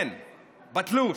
כן בתלוש.